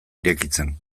irekitzen